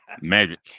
Magic